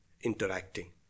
interacting